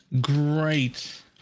Great